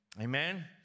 Amen